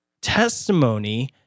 testimony